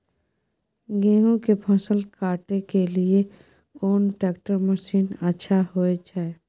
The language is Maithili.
गेहूं के फसल काटे के लिए कोन ट्रैक्टर मसीन अच्छा होय छै?